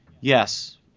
yes